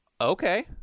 Okay